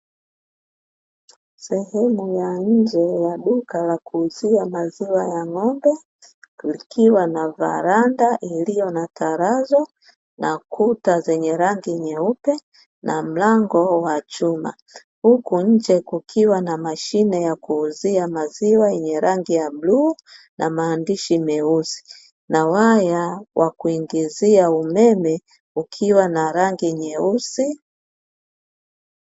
Sehemu ya nje ya duka la kuuzia maziwa ya ng`ombe likiwa na varanda iliyo na tarazo na kuta zenye rangi nyeupe na mlango wa chuma huku nje kukiwa na mashine ya kuuzia maziwa yenye rangi ya bluu na maandishi meusi na waya wa kuingizia umeme ukiwa na rangi nyeusi.